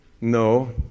No